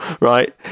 right